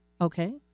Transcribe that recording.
Okay